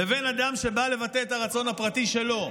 לבין אדם שבא לבטא את הרצון הפרטי שלו?